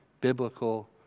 biblical